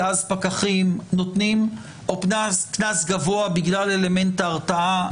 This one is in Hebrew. כי אז פקחים נותנים או קנס גבוה בגלל אלמנט ההרתעה?